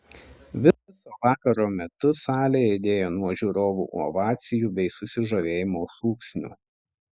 viso vakaro metu salė aidėjo nuo žiūrovų ovacijų bei susižavėjimo šūksnių